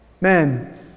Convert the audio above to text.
Man